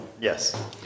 Yes